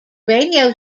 radio